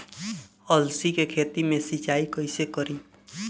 अलसी के खेती मे सिचाई कइसे करी?